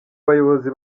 bayobozi